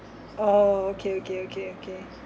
orh okay okay okay okay